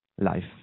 life